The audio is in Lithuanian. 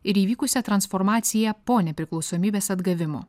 ir įvykusią transformaciją po nepriklausomybės atgavimo